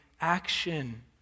action